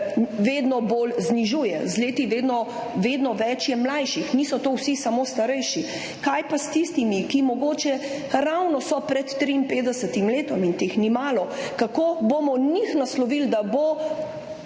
vedno bolj znižuje, vedno več je mlajših, niso to samo starejši. Kaj pa s tistimi, ki so mogoče ravno pred 53. letom, in teh ni malo? Kako bomo njih naslovili, da bo